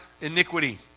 iniquity